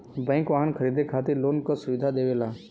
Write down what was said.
bank वाहन खरीदे खातिर लोन क सुविधा देवला